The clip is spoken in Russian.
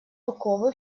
оковы